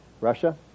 Russia